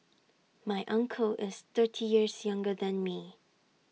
my uncle is thirty years younger than me